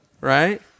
right